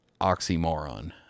oxymoron